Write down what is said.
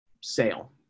sale